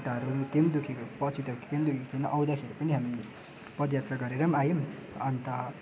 खुट्टाहरू पनि के पनि दुखेको पछि त के पनि दुखेको थिएन आउँदाखेरि पनि हामी पदयात्रा गरेर पनि आयौँ अन्त